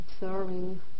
observing